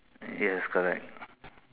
yes correct